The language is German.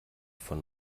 von